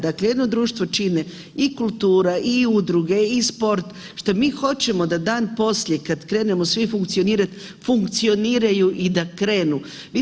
Dakle jedno društvo čine i kultura, i udruge, i sport što mi hoćemo da dan poslije kada krenemo svi funkcionirat, funkcioniraju i da krenu.